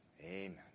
Amen